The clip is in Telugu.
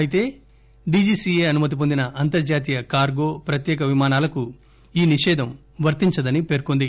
అయితే డీజీసీఏ అనుమతి పొందిన అంతర్జాతీయ కార్గో ప్రత్యేక విమానాలకు ఈ నిషేధం వర్తించదని పేర్కొంది